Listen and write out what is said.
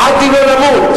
אחת דינו למות.